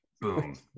Boom